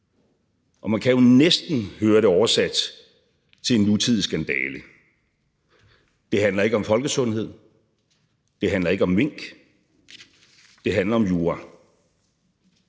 Og man kan jo næsten høre det oversat til en nutidig skandale: Det handler ikke om folkesundhed, det handler ikke om mink, det handler om jura.